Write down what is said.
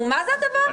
מה זה הדבר הזה?